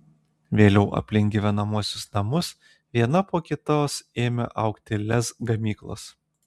vėliau aplink gyvenamuosius namus viena po kitos ėmė augti lez gamyklos